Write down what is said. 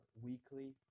weekly